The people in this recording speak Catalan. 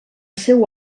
seu